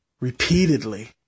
repeatedly